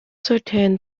certain